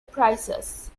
prices